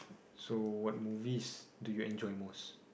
so what movies do you enjoy most